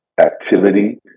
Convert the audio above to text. Activity